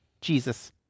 Jesus